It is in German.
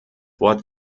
wort